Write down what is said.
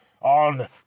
on